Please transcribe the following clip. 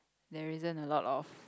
there isn't a lot of